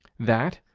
that,